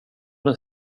den